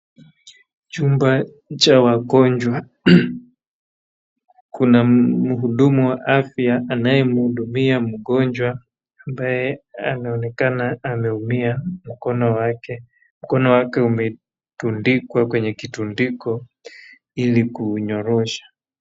Chumba cha wagonjwa. Kuna mhudumu wa afya anayemhudumia mgonjwa ambaye anaonekana ameumia mkono wake. Mkono wake umetundikwa kwenye kitundiko ilikuunyorosha.